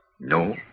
No